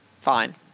fine